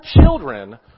children